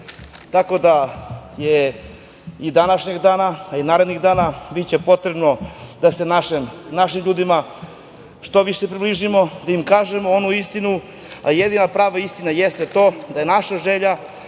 da i današnjeg dana, a i narednih dana biće potrebno da se našim ljudima što više približimo, da im kažemo onu istinu, a jedina prava istina jeste to da je naša želja